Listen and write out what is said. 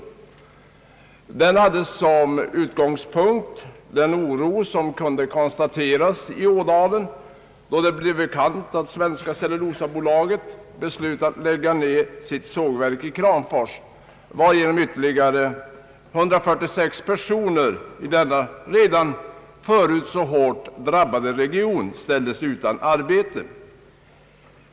Interpellationen hade som utgångspunkt den oro som kunde konstateras i Ådalen, då det blev bekant att Svenska cellulosabolaget beslutat lägga ner sitt sågverk i Kramfors, varigenom ytterligare 146 personer i denna redan förut så hårt drabbade region ställdes utan arbete.